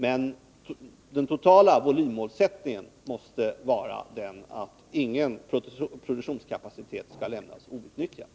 Men den totala volymmålsättningen måste vara att ingen produktionskapacitet skall lämnas outnyttjad.